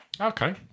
Okay